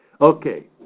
Okay